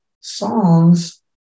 songs